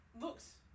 Looks